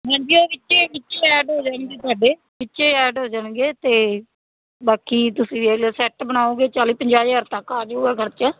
ਹਾਂਜੀ ਉਹ ਵਿੱਚ ਵਿੱਚ ਐਡ ਹੋ ਜਾਣਗੇ ਤੁਹਾਡੇ ਵਿੱਚੇ ਐਡ ਹੋ ਜਾਣਗੇ ਅਤੇ ਬਾਕੀ ਤੁਸੀਂ ਵੇਖ ਲਿਓ ਸੈਟ ਬਣਾਓਗੇ ਚਾਲ੍ਹੀ ਪੰਜਾਹ ਹਜ਼ਾਰ ਤੱਕ ਆ ਜਾਊਗਾ ਖਰਚਾ